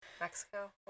Mexico